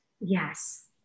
Yes